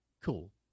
Cool